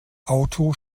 auto